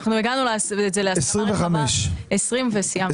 אנחנו הגענו להסכמה רחבה, 20 וסיימנו.